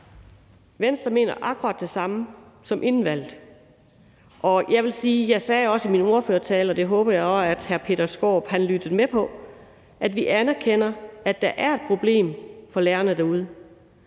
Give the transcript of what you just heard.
Venstre mener akkurat det samme som inden valget. Jeg sagde også i min ordførertale, og den håber jeg også at hr. Peter Skaarup lyttede med på, at vi anerkender, at der er et problem for lærerne derude.